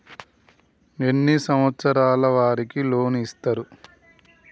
ఎన్ని సంవత్సరాల వారికి లోన్ ఇస్తరు?